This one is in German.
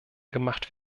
gemacht